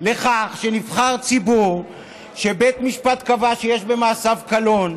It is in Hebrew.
לכך שנבחר ציבור שבית משפט קבע שיש במעשיו קלון,